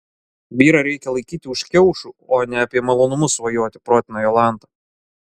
vyrą reikia laikyti už kiaušų o ne apie malonumus svajoti protina jolanta